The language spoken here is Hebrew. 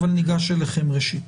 אבל ניגש אליכם ראשית.